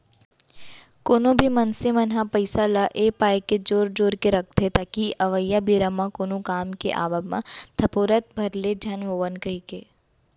कोनो भी मनसे मन ह पइसा ल ए पाय के जोर जोर के रखथे ताकि अवइया बेरा म कोनो काम के आवब म धपोरत भर ले झन होवन कहिके